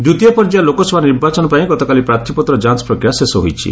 ଦ୍ୱିତୀୟ ପର୍ଯ୍ୟାୟ ଲୋକସଭା ନିର୍ବାଚନ ପାଇଁ ଗତକାଲି ପ୍ରାର୍ଥୀପତ୍ର ଯାଞ୍ ପ୍ରକ୍ରିୟା ଶେଷ ହୋଇଛି